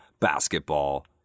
basketball